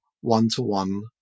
one-to-one